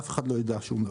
אף אחד לא יידע שום דבר.